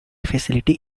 facility